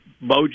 Bo